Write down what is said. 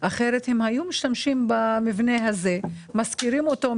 אחרת הם היום משתמשים במבנה הזה; משכירים אותו,